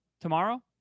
tomorrow